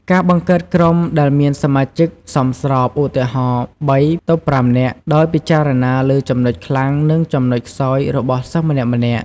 ការបង្កើតក្រុមដែលមានសមាជិកសមស្រប ឧទាហរណ៍ ៣-៥ នាក់ ដោយពិចារណាលើចំណុចខ្លាំង និងចំណុចខ្សោយរបស់សិស្សម្នាក់ៗ។